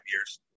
years